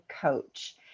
coach